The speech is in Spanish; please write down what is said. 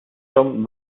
son